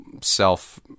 self